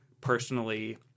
personally